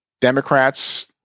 Democrats